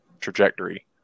trajectory